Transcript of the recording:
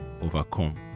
overcome